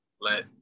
let –